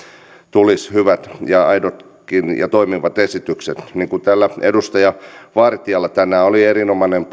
tulisi hyvät aidot ja toimivatkin esitykset täällä edustaja vartialla tänään oli erinomainen